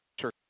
sure